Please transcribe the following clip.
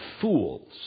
fools